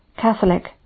Catholic